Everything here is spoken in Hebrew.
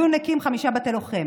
הארגון הקים חמישה בתי לוחם,